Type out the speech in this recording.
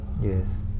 Yes